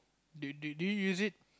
do do do you use it